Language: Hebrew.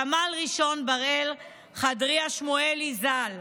סמל ראשון בראל חדריה שמואלי, ז"ל,